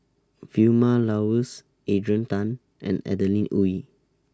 Vilma Laus Adrian Tan and Adeline Ooi